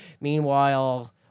Meanwhile